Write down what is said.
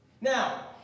Now